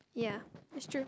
ya that's true